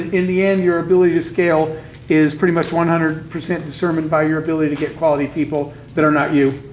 in the end, your ability to scale is pretty much one hundred percent determined by your ability to get quality people that are not you,